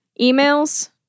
Emails